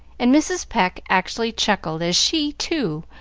and mrs. pecq actually chuckled as she, too,